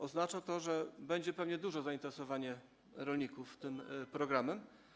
Oznacza to, że będzie pewnie duże zainteresowanie rolników tym programem.